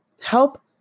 help